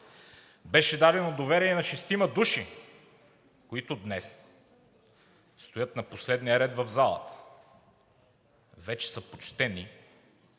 Беше дадено доверие на шестима души, които днес стоят на последния ред в залата, вече са почтени,